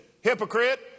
Hypocrite